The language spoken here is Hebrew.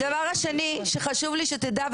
הדבר השני שחשוב לי שתדע,